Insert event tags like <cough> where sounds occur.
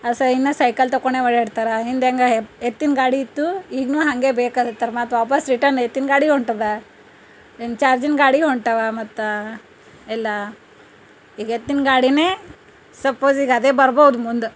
ಸೈ ಇನ್ನು ಸೈಕಲ್ ತಕೊಂಡೇ ಓಡಾಡ್ತಾರ ಹಿಂದೆ ಹೆಂಗ ಹೆ ಎತ್ತಿನ ಗಾಡಿ ಇತ್ತು ಈಗ್ನೂ ಹಂಗೇ ಬೇಕ <unintelligible> ಮತ್ತು ವಾಪಾಸ್ ರಿಟನ್ ಎತ್ತಿನಗಾಡಿ ಹೊಂಟದ ಇನ್ನು ಚಾರ್ಜಿನ ಗಾಡಿ ಹೊಂಟವ ಮತ್ತು ಎಲ್ಲ ಈಗ ಎತ್ತಿನಗಾಡಿ ಸಪೋಸ್ ಈಗ ಅದೇ ಬರ್ಬೋದು ಮುಂದೆ